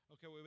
Okay